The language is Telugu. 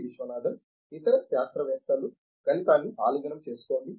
విశ్వనాథన్ ఇతర శాస్త్రవేత్తలు గణితాన్ని ఆలింగనం చేసుకోండి